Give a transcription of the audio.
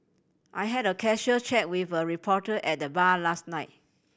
I had a casual chat with a reporter at the bar last night